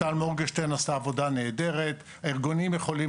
טל מורגנשטרן עשתה עבודה נהדרת והארגונים יכולים